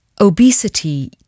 Obesity